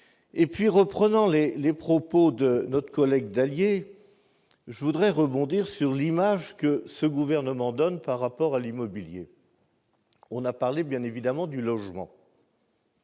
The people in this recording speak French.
soutenu. Reprenant les propos de notre collègue Philippe Dallier, je voudrais rebondir sur l'image que ce gouvernement donne de l'immobilier. On a parlé bien évidemment du logement.